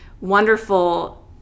wonderful